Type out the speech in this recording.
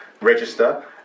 register